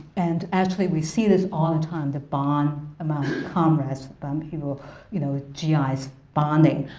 and actually, we see this all the time, the bond among comrades, um you know you know ah gi's bonding.